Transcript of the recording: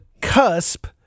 cusp